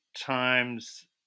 times